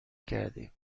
کردیم